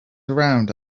around